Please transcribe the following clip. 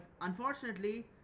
unfortunately